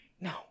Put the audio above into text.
No